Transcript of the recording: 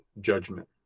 judgment